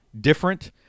different